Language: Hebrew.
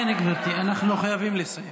כן, גברתי, אנחנו חייבים לסיים.